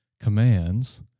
commands